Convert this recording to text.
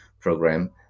Program